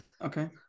Okay